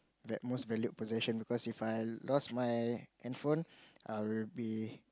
most valued possession because If I lost my handphone I will be